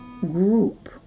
group